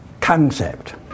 concept